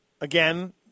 again